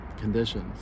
conditions